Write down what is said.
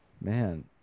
Man